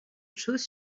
choses